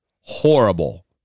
Horrible